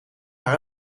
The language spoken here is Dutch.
naar